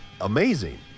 Amazing